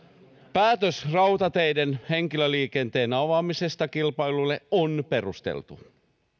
päätös rautateiden henkilöliikenteen avaamisesta kilpailulle on perusteltu